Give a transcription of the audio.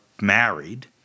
married